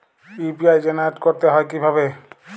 UPI generate করতে হয় কিভাবে?